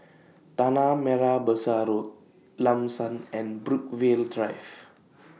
Tanah Merah Besar Road Lam San and Brookvale Drive